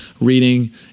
reading